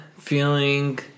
feeling